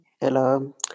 Hello